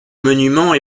monument